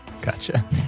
Gotcha